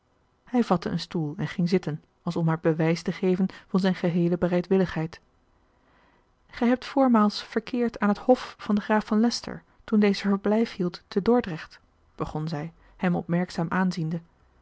hij vatte een stoel en ging zitten als om haar bewijs te geven van zijne geheele bereidwilligheid gij hebt voormaals verkeerd aan het hof van den graaf van leycester toen deze verblijf hield te dordrecht begon zij hem opmerkzaam aanziende